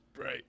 Right